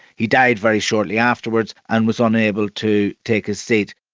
he died very shortly afterwards and was unable to take his seat.